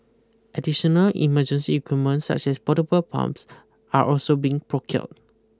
additional emergency equipment such as portable pumps are also being procured